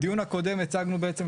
בדיון הקודם הצגנו בעצם,